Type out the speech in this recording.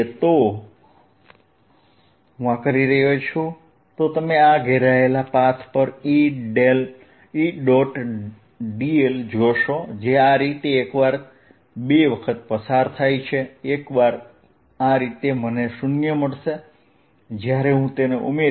જો હું આ કરું છું તો તમે આ ઘેરાયેલા પાથ પર Edl જોશો જે આ રીતે એક વાર બે વખત પસાર થાય છે એકવાર આ રીતે મને શૂન્ય મળશે જ્યારે હું તેને ઉમેરીશ